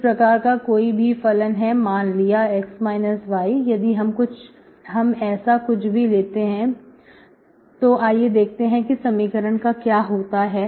इस प्रकार का कोई भी फलन है मान लिया x y यदि हम ऐसा कुछ भी लेते हैं तो आइए देखते हैं कि समीकरण का क्या होता है